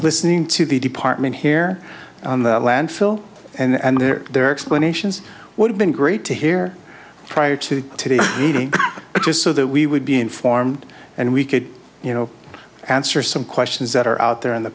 listening to the department here on the landfill and there their explanations would have been great to hear prior to today meeting just so that we would be informed and we could you know answer some questions that are out there in the